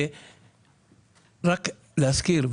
רק להזכיר,